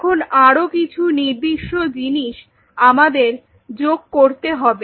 এখন আরো কিছু নির্দিষ্ট জিনিস আমাদের যোগ করতে হবে